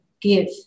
give